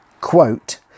quote